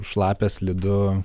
šlapia slidu